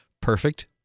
perfect